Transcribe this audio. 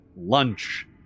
lunch